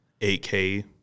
8K